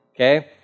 okay